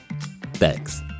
Thanks